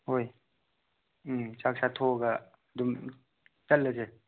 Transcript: ꯍꯣꯏ ꯎꯝ ꯆꯥꯛ ꯆꯥꯊꯣꯛꯑꯒ ꯑꯗꯨꯝ ꯆꯠꯂꯁꯦ